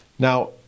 Now